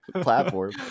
platform